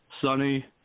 sunny